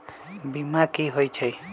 बीमा कि होई छई?